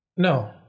No